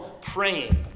praying